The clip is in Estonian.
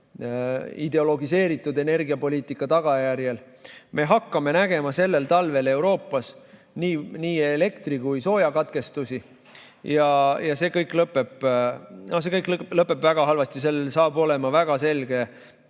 ideologiseeritud energiapoliitika tagajärjel. Me hakkame nägema sellel talvel Euroopas nii elektri- kui ka soojakatkestusi ja see kõik lõpeb väga halvasti, sel saab olema väga selge